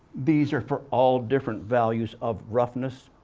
these are for all different values of roughness,